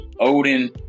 Odin